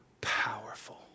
powerful